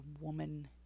woman